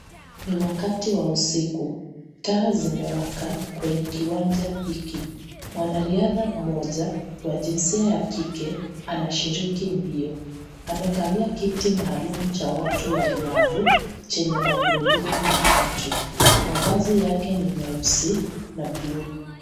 Ni wakati wa usiku taa zimewaka kwenye kiwanja hiki , mwanariadha mmoja wa jinsi ya kike anashiriki mbio amekalia kiti maalum cha watu walemavu chenye magurudumu matatu. Mavazi yake ni meusi na bluu.